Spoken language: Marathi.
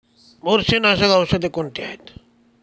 बुरशीनाशक औषधे कोणती आहेत?